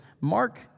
Mark